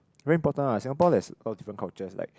very important lah Singapore there's a lot different cultures like